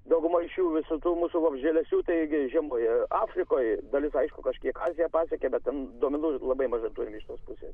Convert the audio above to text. dauguma iš jų visų tų mūsų vabzdžialesių taigi žiemoja afrikoj dalis aišku kažkiek aziją pasiekia bet ten duomenų labai mažai turim iš tos pusės